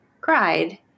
cried